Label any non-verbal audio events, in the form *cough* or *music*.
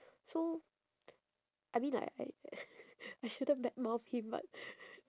so I mean like I *noise* I shouldn't badmouth him but